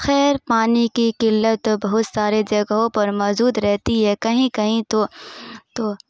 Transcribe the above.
خیر پانی کی قلت تو بہت سارے جگہوں پر موجود رہتی ہے کہیں کہیں تو تو